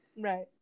right